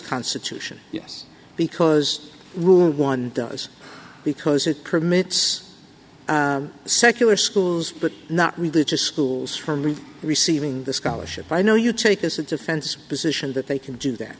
constitution yes because rule one does because it permits secular schools but not religious schools from receiving the scholarship i know you take as a defense position that they can do that